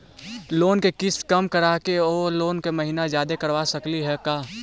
Loan के किस्त कम कराके औ लोन के महिना जादे करबा सकली हे का?